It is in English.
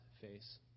face